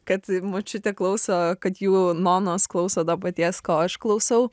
kad močiutė klauso kad jų nonos klauso to paties ko aš klausau